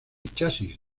chasis